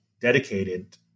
dedicated